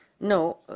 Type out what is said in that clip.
No